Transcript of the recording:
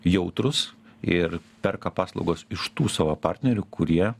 jautrūs ir perka paslaugas iš tų savo partnerių kurie